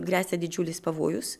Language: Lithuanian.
gresia didžiulis pavojus